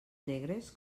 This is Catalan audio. negres